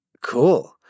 cool